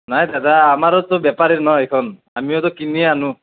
নাই দাদা আমাৰোটো বেপাৰে ন এইখন আমিওটো কিনিয়ে আনো